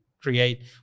create